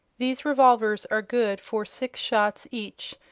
these revolvers are good for six shots each,